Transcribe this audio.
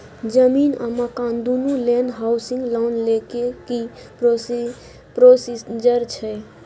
जमीन आ मकान दुनू लेल हॉउसिंग लोन लै के की प्रोसीजर छै?